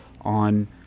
on